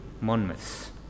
Monmouth